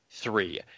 Three